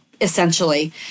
essentially